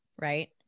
right